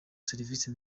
serivisi